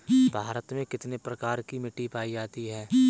भारत में कितने प्रकार की मिट्टी पायी जाती है?